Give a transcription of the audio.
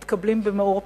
מתקבלים במאור פנים.